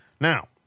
Now